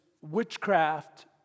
witchcraft